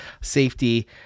safety